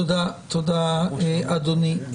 תודה, אדוני.